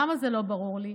למה זה לא ברור לי?